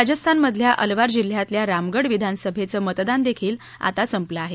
राजस्थान मधल्या अलवार जिल्ह्यातल्या रामगढ विधानसभेचं मतदान देखील आता संपलं आहे